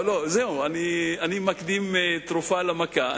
אני מקדים תרופה למכה,